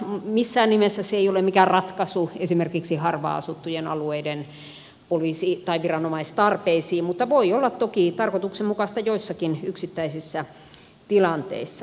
missään nimessä se ei ole mikään ratkaisu esimerkiksi harvaan asuttujen alueiden viranomaistarpeisiin mutta voi olla toki tarkoituksenmukaista joissakin yksittäisissä tilanteissa